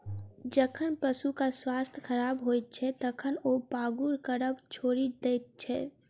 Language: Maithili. जखन पशुक स्वास्थ्य खराब होइत छै, तखन ओ पागुर करब छोड़ि दैत छै